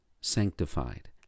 sanctified